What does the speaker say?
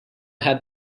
had